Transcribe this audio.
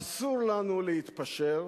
אסור לנו להתפשר,